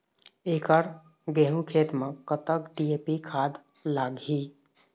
एकड़ गेहूं खेत म कतक डी.ए.पी खाद लाग ही?